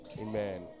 Amen